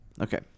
Okay